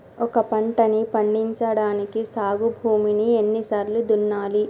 ఒక పంటని పండించడానికి సాగు భూమిని ఎన్ని సార్లు దున్నాలి?